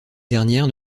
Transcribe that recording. dernières